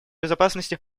безопасности